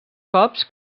cops